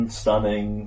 stunning